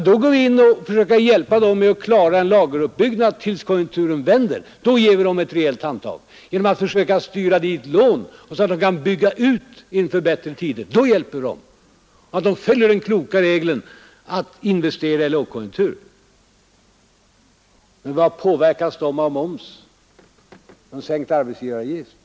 Då går vi in för att försöka hjälpa dem att klara en lageruppbyggnad tills konjunkturen vänder. Då ger vi dem ett rejält handtag genom att försöka styra dit lån så att de kan bygga ut inför bättre tider. Då hjälper vi dem, om de följer den kloka regeln att investera under lågkonjunktur. Hur påverkas dessa företag av moms och sänkt arbetsgivaravgift?